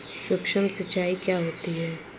सुक्ष्म सिंचाई क्या होती है?